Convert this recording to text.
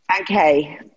Okay